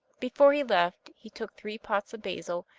before he left, he took three pots of basil,